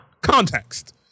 Context